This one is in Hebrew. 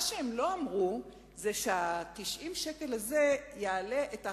מה שהם לא אמרו זה שה-90 שקל האלו יביאו